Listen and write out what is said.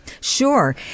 Sure